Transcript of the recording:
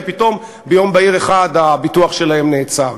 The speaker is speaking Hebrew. ופתאום ביום בהיר אחד הביטוח שלהם נעצר.